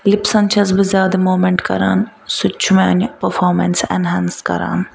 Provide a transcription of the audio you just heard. لِپسَن چھَس بہٕ زیادٕ موٗمٮ۪نٛٹ کران سُہ تہِ چھُ میٛانہِ پٔرفامنس ایٚنہانس کران